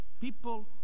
People